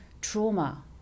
trauma